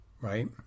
Right